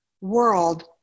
world